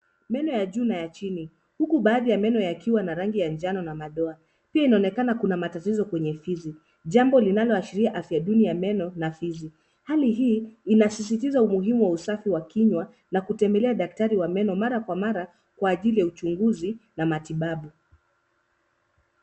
Meno ya juu na ya chini huku baadhi ya meno yakiwa na rangi ya njano na madoa. Pia inaonekana kuna matatizo kwenye fizi. Jambo linaloashiria afya duni ya meno na fizi. Hali hii inasisitiza umuhimu wa usafi wa kinywa na kutembelea daktari wa meno mara kwa mara kwa ajili ya uchunguzi na matibabu.